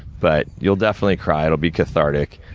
but, you'll definitely cry, it'll be cathartic.